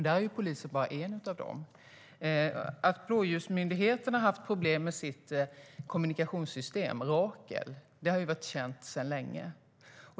Men polisen är bara en av dessa. Att blåljusmyndigheterna har haft problem med sitt kommunikationssystem Rakel har varit känt sedan länge.